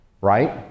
right